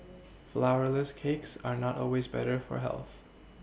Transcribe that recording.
flourless cakes are not always better for health